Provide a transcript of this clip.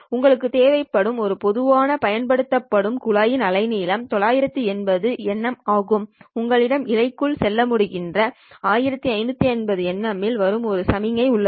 உங்களுக்கு தேவைப்படும் ஒரு பொதுவாக பயன்படுத்தப்படும் குழாயின் அலைநீளம் 980 nm ஆகும் உங்களிடம் இழைக்குள் செல்லமுடிகின்ற 1550 nm ல் வரும் ஒரு சமிக்ஞை உள்ளது